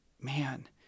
Man